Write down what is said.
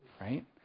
right